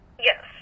Yes